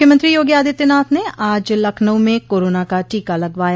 मुख्यमंत्री योगी आदित्यनाथ ने आज लखनऊ में कोरोना का टीका लगवाया